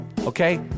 Okay